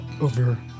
over